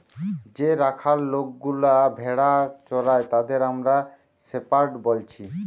যে রাখাল লোকগুলা ভেড়া চোরাই তাদের আমরা শেপার্ড বলছি